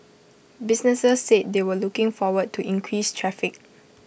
businesses said they were looking forward to increased traffic